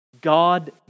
God